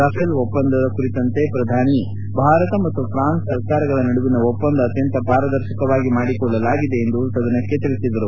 Rafael ಒಪ್ಪಂದ ಕುರಿತಂತೆ ಪ್ರಧಾನಿ ಭಾರತ ಮತ್ತು ಪ್ರಾನ್ಸ್ ಸರ್ಕಾರಗಳ ನಡುವಿನ ಒಪ್ಪಂದ ಅತ್ಯಂತ ಪಾರದರ್ಶಕವಾಗಿ ಮಾಡಿಕೊಳ್ಳಲಾಗಿದೆ ಎಂದು ಸದನಕ್ಕೆ ಭರವಸೆ ನೀಡಿದರು